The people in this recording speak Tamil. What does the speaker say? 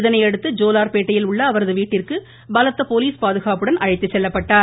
இதனையடுத்து ஜோலார்பேட்டையில் உள்ள வீட்டிற்கு பலத்த அவரது போலீஸ் பாதுகாப்புடன் அழைத்துச் செல்லப்பட்டார்